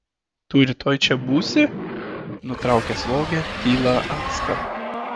tu rytoj čia būsi nutraukė slogią tylą asta